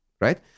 right